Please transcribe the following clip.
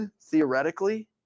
theoretically